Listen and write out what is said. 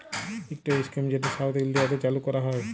ইকট ইস্কিম যেট সাউথ ইলডিয়াতে চালু ক্যরা হ্যয়